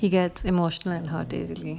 he gets emotional and